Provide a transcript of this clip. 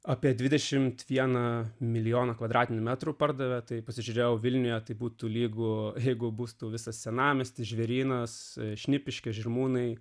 apie dvidešimt vieną milijoną kvadratinių metrų pardavė tai pasižiūrėjau vilniuje tai būtų lygu jeigu bustų visas senamiestis žvėrynas šnipiškės žirmūnai